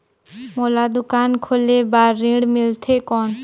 मोला दुकान खोले बार ऋण मिलथे कौन?